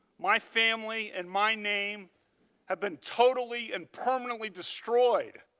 my family and my name have been totally and permanently destroyed.